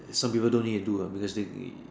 some people don't need to do uh because